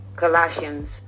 Colossians